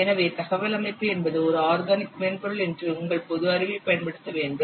எனவே தகவல் அமைப்பு என்பது ஒரு ஆர்கனிக் மென்பொருள் என்று உங்கள் பொது அறிவைப் பயன்படுத்த வேண்டும்